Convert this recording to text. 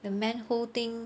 the manhole thing